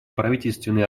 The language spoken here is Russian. правительственные